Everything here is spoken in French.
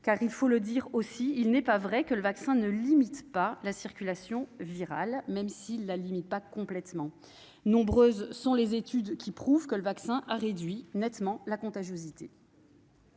? Il faut le dire, il n'est pas vrai que le vaccin ne limite pas la circulation virale, même s'il ne la limite effectivement pas complètement. Nombreuses sont les études qui prouvent combien le vaccin a réduit la contagiosité.